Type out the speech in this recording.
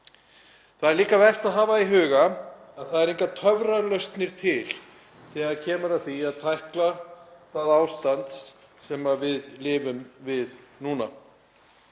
Það er líka vert að hafa í huga að það eru engar töfralausnir til þegar kemur að því að tækla það ástand sem við lifum við núna